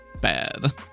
Bad